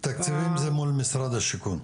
תקציבים זה מול משרד השיכון.